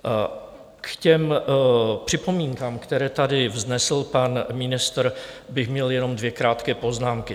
K těm připomínkám, které tady vznesl pan ministr, bych měl jenom dvě krátké poznámky.